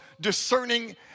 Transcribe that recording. discerning